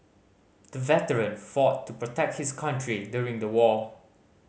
the veteran fought to protect his country during the war